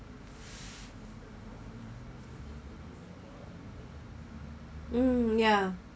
mm yeah